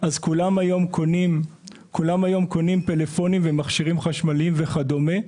אז כולם היום קונים קונים פלאפונים ומכשירים חשמליים וכדומה,